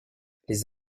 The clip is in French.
les